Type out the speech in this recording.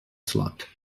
slot